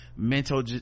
mental